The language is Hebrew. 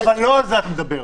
לא על זה אתה מדבר.